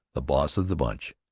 the boss of the bunch,